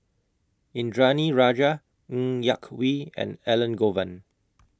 Indranee Rajah Ng Yak Whee and Elangovan